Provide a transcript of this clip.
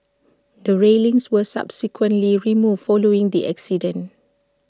the railings were subsequently removed following the accident